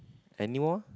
anymore